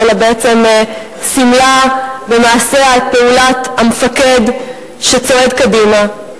אלא בעצם סימלה במעשיה את פעולת המפקד שצועד קדימה.